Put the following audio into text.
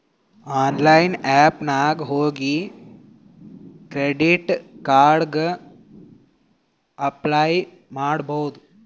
online app ನಾಗ್ ಹೋಗಿ credit card ಗ ಅಪ್ಲೈ ಮಾಡ್ಬೋದು